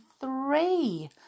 three